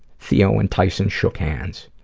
theo and tyson shook hands.